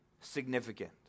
significant